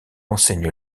enseigne